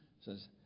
says